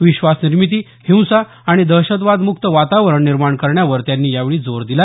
विश्वास निर्मिती हिंसा आणि दहशतवाद मुक्त वातावरण निर्माण करण्यावर त्यांनी यावेळी जोर दिला